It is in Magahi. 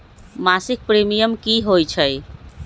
मासिक प्रीमियम की होई छई?